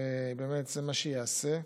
וזה מה שייעשה.